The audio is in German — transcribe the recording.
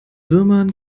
würmern